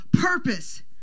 purpose